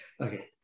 okay